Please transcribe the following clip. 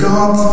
God